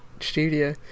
studio